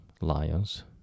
Lions